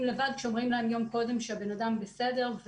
לבד כשאומרים להם יום קודם שהבן אדם בסדר.